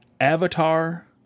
Avatar